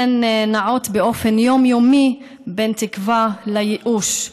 הן נעות באופן יומיומי בין תקווה לייאוש,